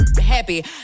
happy